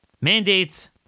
mandates